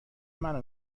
منو